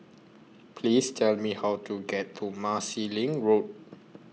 Please Tell Me How to get to Marsiling Road